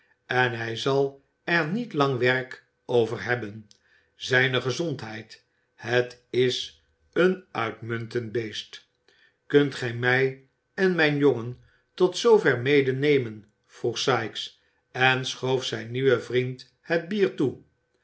en hij zal er niet lang werk over hebben zijne gezondheid het is een uitmuntend beest kunt gij mij en mijn jongen tot zoover medenemen vroeg sikes en schoof zijn nieuwen vriend het bier toe